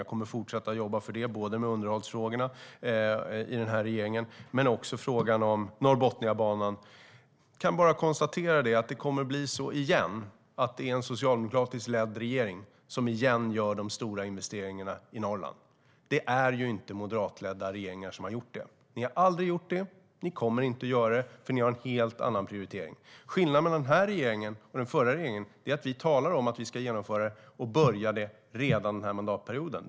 Jag kommer att fortsätta att jobba för det, både med underhållsfrågorna i regeringen och med frågan om Norrbotniabanan. Jag kan bara konstatera att det är en socialdemokratiskt ledd regering som igen kommer att göra de stora investeringarna i Norrland. Det är inte moderatledda regeringar som har gjort det. Ni har aldrig gjort det, och ni kommer inte att göra det, för ni har en helt annan prioritering. Skillnaden mellan den här regeringen och den förra regeringen är att vi talar om att vi ska genomföra det och att vi börjar redan den här mandatperioden.